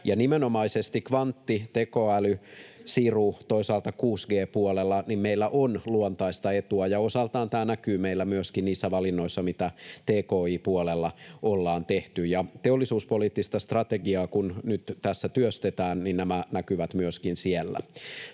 Nimenomaisesti kvantti‑, tekoäly‑, siru‑ ja toisaalta 6G-puolella meillä on luontaista etua, ja osaltaan tämä näkyy meillä myöskin niissä valinnoissa, mitä tki-puolella ollaan tehty. Teollisuuspoliittista strategiaa kun nyt tässä työstetään, niin nämä näkyvät myöskin siellä.